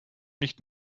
nicht